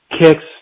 kicks